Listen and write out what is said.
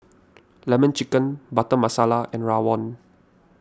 Lemon Chicken Butter Masala and Rawon